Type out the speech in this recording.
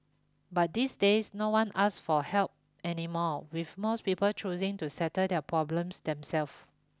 but these days no one ask for help anymore with most people choosing to settle their problems them self